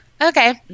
Okay